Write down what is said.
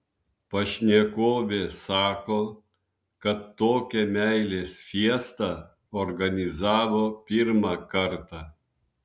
pašnekovė sako kad tokią meilės fiestą organizavo pirmą kartą